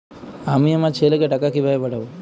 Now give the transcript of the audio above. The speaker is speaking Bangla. আমি আমার ছেলেকে টাকা কিভাবে পাঠাব?